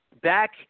back